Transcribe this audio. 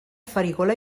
farigola